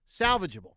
salvageable